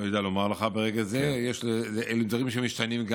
לא יודע לומר לך ברגע זה, אלו דברים שגם משתנים.